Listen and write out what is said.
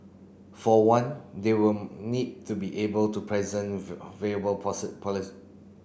for one they will need to be able to present viable